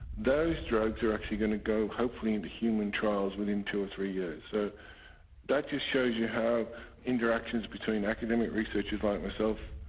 those drugs are actually going to go, hopefully, into human trials within two or three years. so that just shows you how interactions between academic researchers like myself,